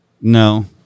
No